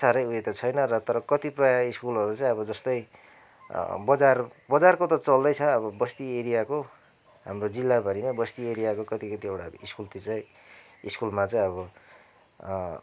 साह्रै उयो त छैन र तर कतिपय सकुलहरू चाहिँ अब जस्तै बजार बजारको त चल्दैछ अब बस्ती एरियाको हाम्रो जिल्लाभरिमा बस्ती एरियाको कतिकतिवटा सकुलतिर चाहिँ सकुलमा चाहिँ अब